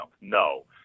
no